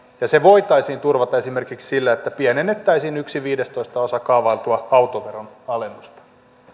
se voitaisiin turvata esimerkiksi sillä että pienennettäisiin yksi viidestoistaosa kaavailtua autoveron alennusta